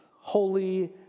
holy